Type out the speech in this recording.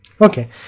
Okay